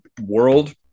world